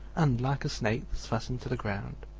and, like a snake that's fastened to the ground,